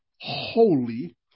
holy